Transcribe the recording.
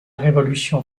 révolution